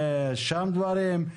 שם דברים,